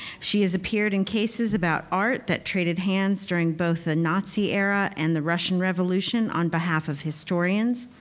she has appeared in cases about art that traded hands during both the nazi era and the russian revolution on behalf of historians,